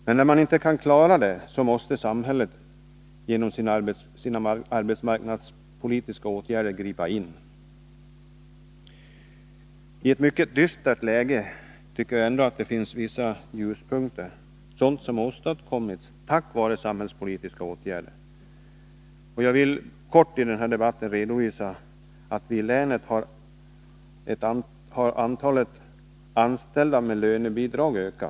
Men när detta inte går måste samhället genom sina arbetsmarknadspolitiska åtgärder gripa in. I ett mycket dystert läge tycker jag ändock att det finns vissa ljuspunkter, sådant som åstadkommits tack vare samhällspolitiska åtgärder. Jag vill kort i den här debatten redovisa att antalet anställda med lönebidrag i länet har ökat.